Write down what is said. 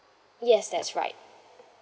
yes that's right